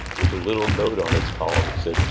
with a little note on its collar that said,